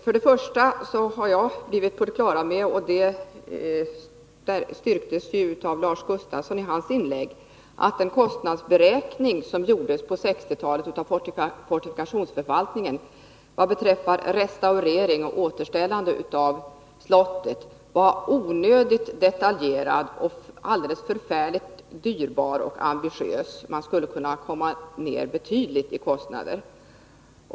För det första har jag blivit på det klara med att, och det styrktes av Lars Gustafsson i hans inlägg — den kostnadsberäkning som gjordes på 1960-talet av fortifikationsförvaltningen vad beträffar restaurering och återställande av slottet var onödigt detaljerad och förfärligt dyrbar och ambitiös. Man skulle kunna komma ner till betydligt lägre kostnader.